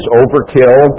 overkill